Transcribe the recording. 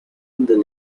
the